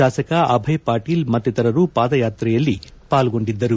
ಶಾಸಕ ಅಭಯ ಪಾಟೀಲ್ ಮತ್ತಿತರರು ಪಾದಯಾತ್ರೆಯಲ್ಲಿ ಪಾಲ್ಗೊಂಡಿದ್ದರು